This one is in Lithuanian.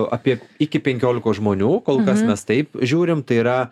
apie iki penkiolikos žmonių kol kas mes taip žiūrim tai yra